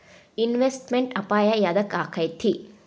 Investment ಅಪಾಯಾ ಯದಕ ಅಕ್ಕೇತಿ?